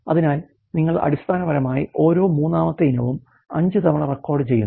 അതിനാൽ നിങ്ങൾ അടിസ്ഥാനപരമായി ഓരോ മൂന്നാമത്തെ ഇനവും 5 തവണ റെക്കോർഡുചെയ്യുന്നു